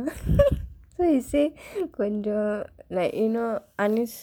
so he say கொஞ்சம்:konjsam like you know